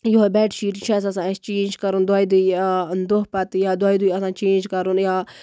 یِہوے bed sheet یہِ چھُ اَسہِ آسان اَسہِ چینج کَرُن دۄیہِ دۄہ یا دۄہ پَتہٕ یا دۄیہِ دۄہ آسان چینج کَرُن یا